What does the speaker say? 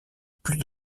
plus